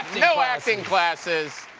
no acting classes.